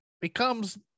becomes